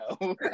no